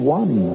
one